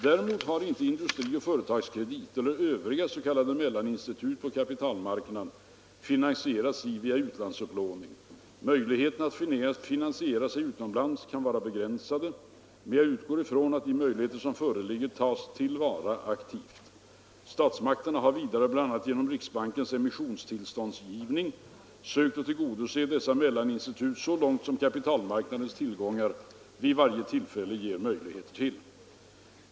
Däremot har inte Industrioch Företagskredit eller övriga s.k. mellaninstitut på kapitalmarknaden finansierat sig via utlandsupplåning. Möjligheterna att finansiera sig utomlands kan vara begränsade, men jag utgår från att de möjligheter som föreligger tas till vara aktivt. Statsmakterna har vidare, bl.a. genom riksbankens emissionstillståndsgivning, sökt att tillgodose dessa mellaninstitut så långt som kapitalmarknadens tillgångar vid varje tillfälle givit möjligheter till.